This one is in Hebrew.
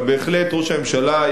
אבל בהחלט ראש הממשלה,